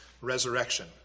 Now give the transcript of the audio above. resurrection